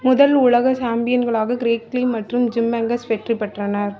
முதல் உலக சாம்பியன்களாக கிரெக் லீ மற்றும் ஜிம் மெங்கஸ் வெற்றி பெற்றனர்